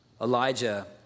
Elijah